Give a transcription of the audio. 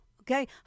okay